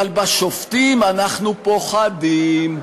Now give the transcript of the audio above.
אבל לשופטים אנחנו פוחדים.